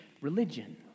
religion